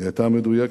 היא היתה מדויקת.